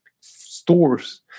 stores